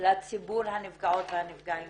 הנפגעות והנפגעים